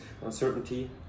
uncertainty